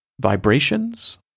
vibrations